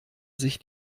sich